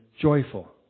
joyful